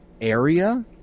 area